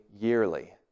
yearly